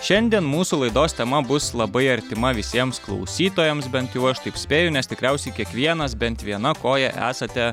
šiandien mūsų laidos tema bus labai artima visiems klausytojams bent jau aš tik spėju nes tikriausiai kiekvienas bent viena koja esate